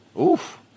Oof